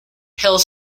held